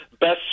best